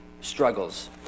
struggles